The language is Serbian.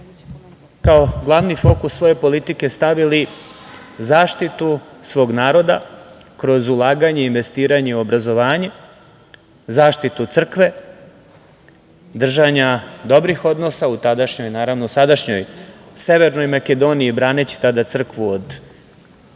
kao glavni fokus svoje politike stavili zaštitu svog naroda kroz ulaganje i investiranje u obrazovanje, zaštitu crkve, držanja dobrih odnosa u tadašnjoj, naravno, sadašnjoj Severnoj Makedoniji, braneći tada crkvu od Grka,